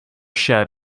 shed